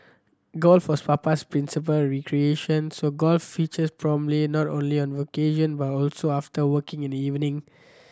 golf was Papa's principal recreation so golf featured prominently not only on vacation but also after work in the evening